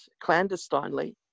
clandestinely